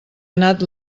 anat